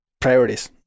priorities